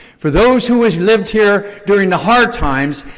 for those who have lived here during the hard times,